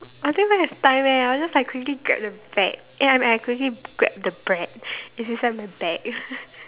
I don't even have time eh I'll just like quickly grab the bag eh I mean I quickly grab the bread it's inside my bag